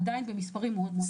עדיין במספרים מאוד נמוכים.